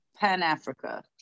Pan-Africa